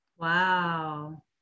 Wow